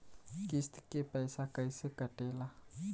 किस्त के पैसा कैसे कटेला?